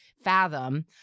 fathom